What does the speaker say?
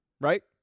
right